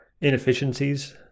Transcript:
inefficiencies